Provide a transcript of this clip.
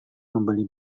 membeli